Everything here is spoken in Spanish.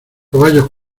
caballos